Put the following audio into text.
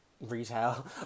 retail